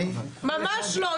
ממש לא.